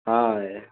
ஆ